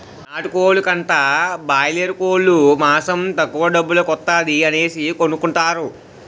నాటుకోలు కంటా బాయలేరుకోలు మాసం తక్కువ డబ్బుల కొత్తాది అనేసి కొనుకుంటారు